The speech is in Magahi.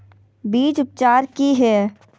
बीज उपचार कि हैय?